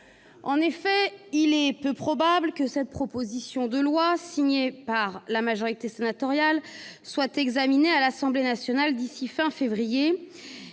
en effet peu probable que cette proposition de loi, signée par la majorité sénatoriale, soit examinée à l'Assemblée nationale d'ici à la fin